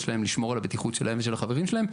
שלהם לשמור על הבטיחות שלהם ושל החברים שלהם,